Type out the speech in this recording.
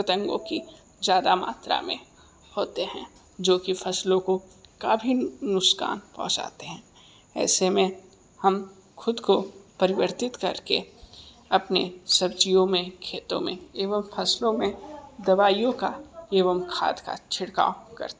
पतंगों की ज़्यादा मात्रा में होते हैं जो की फसलों को काफ़ी नुकसान पहुँचाते है ऐसे में हम ख़ुद को परिवर्तित करके अपने सब्जियों में खेतों में एवं फसलों में दवाइयों का एवं खाद का छिड़काव करते हैं